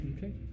Okay